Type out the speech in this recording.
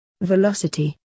velocity